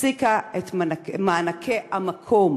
הפסיקה את מענקי המקום.